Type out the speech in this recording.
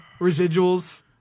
Residuals